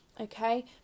Okay